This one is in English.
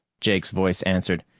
jake's voice answered.